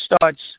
starts